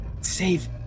save